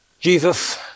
Jesus